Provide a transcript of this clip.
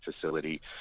facility